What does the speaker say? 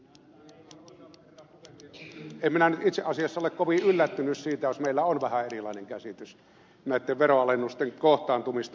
en minä nyt itse asiassa ole kovin yllättynyt siitä jos meillä on vähän erilainen käsitys näitten veronalennusten kohtaantumisesta